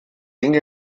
ging